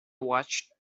watched